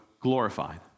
glorified